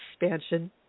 expansion